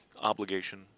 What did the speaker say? obligation